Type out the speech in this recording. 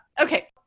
Okay